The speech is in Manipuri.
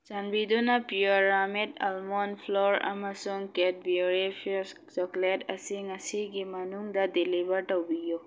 ꯆꯥꯟꯕꯤꯗꯨꯅ ꯄꯤꯌꯨꯔꯥꯃꯦꯠ ꯑꯜꯃꯣꯟ ꯐ꯭ꯂꯣꯔ ꯑꯃꯁꯨꯡ ꯀꯦꯗꯕ꯭ꯌꯨꯔꯤ ꯐ꯭ꯌꯨꯁ ꯆꯣꯀ꯭ꯂꯦꯠ ꯑꯁꯤ ꯉꯁꯤꯒꯤ ꯃꯅꯨꯡꯗ ꯗꯦꯂꯤꯚꯔ ꯇꯧꯕꯤꯌꯨ